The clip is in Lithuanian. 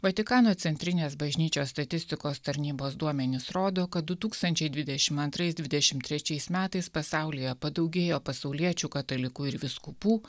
vatikano centrinės bažnyčios statistikos tarnybos duomenys rodo kad du tūkstančiai dvidešimt antrais dvidešim trečiais metais pasaulyje padaugėjo pasauliečių katalikų ir vyskupų